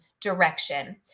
direction